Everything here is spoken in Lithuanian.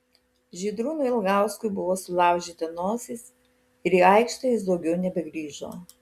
žydrūnui ilgauskui buvo sulaužyta nosis ir į aikštę jis daugiau nebegrįžo